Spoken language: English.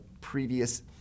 previous